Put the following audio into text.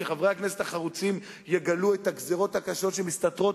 וחברי הכנסת החרוצים יגלו את הגזירות הקשות שמסתתרות